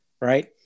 Right